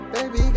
Baby